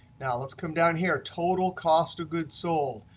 now let's come down here total cost of goods sold.